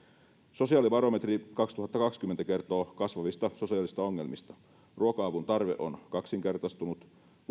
sosiaalibarometri kaksituhattakaksikymmentä kertoo kasvavista sosiaalisista ongelmista ruoka avun tarve on kaksinkertaistunut vuokrarästien ja velkaantumisongelmien määrä ja toimeentulotuen tarve ovat kasvaneet samaan